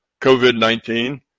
COVID-19